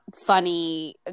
funny